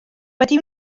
wedi